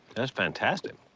that's fantastic.